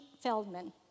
Feldman